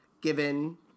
given